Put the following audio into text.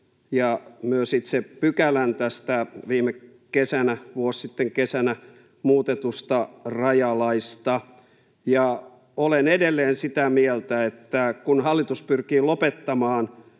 myös itse pykälän tästä vuosi sitten kesällä muutetusta rajalaista ja olen edelleen sitä mieltä, että kun hallitus pyrkii lopettamaan